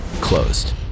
closed